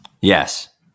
Yes